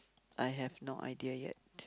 I have no idea yet